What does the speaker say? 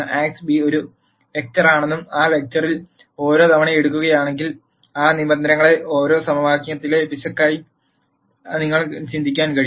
ax b ഒരു വെക്റ്ററാണെന്നും ആ വെക്റ്ററിൽ ഓരോ തവണയും എടുക്കുകയാണെങ്കിൽ ആ നിബന്ധനകളെ ഓരോ സമവാക്യത്തിലെ പിശകായി നിങ്ങൾക്ക് ചിന്തിക്കാൻ കഴിയും